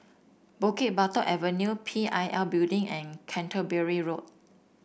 Bukit Batok Avenue P I L Building and Canterbury Road